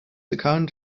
account